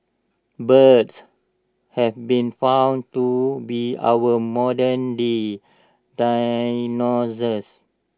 birds have been found to be our modernday dinosaurs